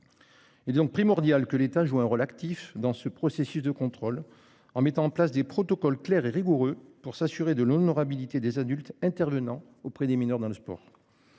Est donc primordial que l'État joue un rôle actif dans ce processus de contrôle en mettant en place des protocoles clair et rigoureux pour s'assurer de l'honorabilité des adultes intervenant auprès des mineurs dans le sport.